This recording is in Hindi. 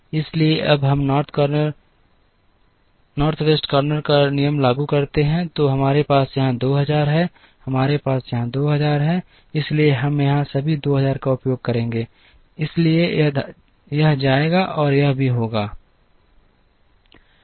इसलिए अब अगर हम नॉर्थ वेस्ट कॉर्नर का नियम लागू करते हैं तो हमारे पास यहां 2000 हैं हमारे पास यहां 2000 हैं इसलिए हम यहां सभी 2000 का उपयोग करेंगे इसलिए यह जाएगा और यह भी होगा